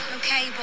Okay